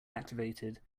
activated